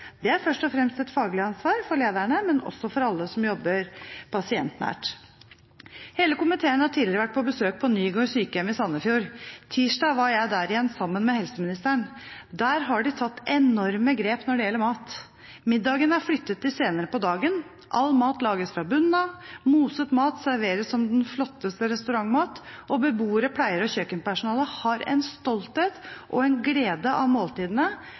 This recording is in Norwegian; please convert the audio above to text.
Det er først og fremst et faglig ansvar for lederne, men også for alle som jobber pasientnært. Hele komiteen har tidligere vært på besøk på Nygård sykehjem i Sandefjord. Tirsdag var jeg der igjen sammen med helseministeren. Der har de tatt enorme grep når det gjelder mat. Middagen er flyttet til senere på dagen, all mat lages fra bunnen av, moset mat serveres som den flotteste restaurantmat, og beboere, pleiere og kjøkkenpersonale har en stolthet og en glede av måltidene